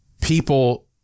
people